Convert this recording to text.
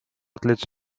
athletes